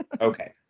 Okay